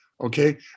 okay